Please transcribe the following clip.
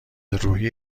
روحی